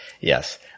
Yes